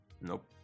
Nope